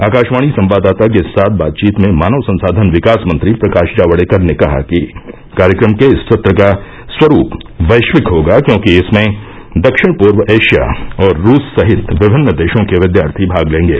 आकाशवाणी संवाददाता के साथ बातचीत में मानव संसाधन विकास मंत्री प्रकाश जावड़ेकर ने कहा कि कार्यक्रम के इस सत्र का स्वरूप वैश्विक होगा क्योंकि इसमें दक्षिण पूर्व एशिया और रूस सहित विभिन्न देशों के विद्यार्थी भाग लेंगे